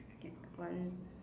okay one